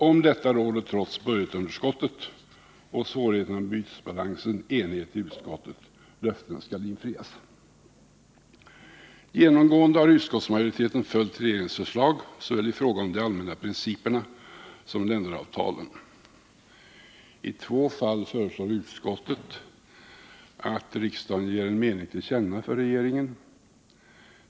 Om detta råder trots budgetunderskottet och svårigheterna med bytesbalansen enighet i utskottet. Löftena skall infrias. Genomgående har utskottsmajoriteten följt regeringens förslag, såväl i fråga om de allmänna principerna som i fråga om länderavtalen. I två fall föreslår utskottet att riksdagen ger en mening till känna för regeringen.